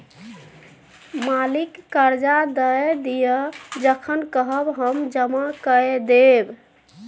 मालिक करजा दए दिअ जखन कहब हम जमा कए देब